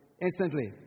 Instantly